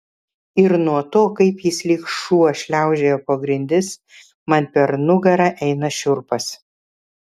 ir nuo to kaip jis lyg šuo šliaužioja po grindis man per nugarą eina šiurpas